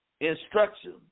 instruction